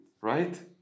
right